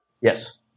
Yes